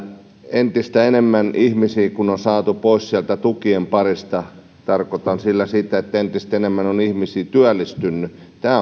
entistä enemmän ihmisiä on saatu pois sieltä tukien parista tarkoitan sillä sitä että entistä enemmän on ihmisiä työllistynyt tämä on